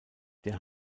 der